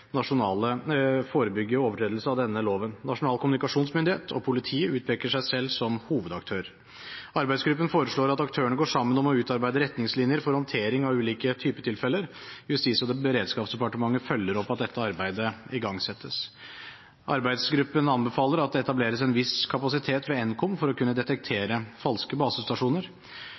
av denne loven. Nasjonal kommunikasjonsmyndighet og politiet utpeker seg selv som hovedaktør. Arbeidsgruppen foreslår at aktørene går sammen om å utarbeide retningslinjer for håndtering av ulike typer tilfeller. Justis- og beredskapsdepartementet følger opp at dette arbeidet igangsettes. Arbeidsgruppen anbefaler at det etableres en viss kapasitet ved Nkom for å kunne